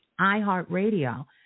iHeartRadio